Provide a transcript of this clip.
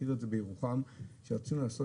בירוחם רצינו לעשות